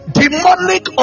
demonic